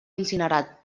incinerat